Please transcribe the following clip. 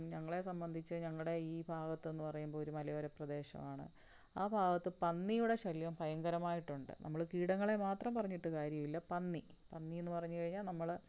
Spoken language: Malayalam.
ഞങ്ങളെ സംബന്ധിച്ചു ഞങ്ങളുടെ ഈ ഭാഗത്തെന്നു പറയുമ്പോള് ഒരു മലയോര പ്രദേശമാണ് ആ ഭാഗത്തു പന്നിയുടെ ശല്യം ഭയങ്കരമായിട്ടുണ്ട് നമ്മള് കീടങ്ങളെ മാത്രം പറഞ്ഞിട്ടു കാര്യമില്ല പന്നി പന്നി എന്നു പറഞ്ഞു കഴിഞ്ഞാല് നമ്മള്